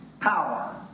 power